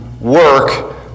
work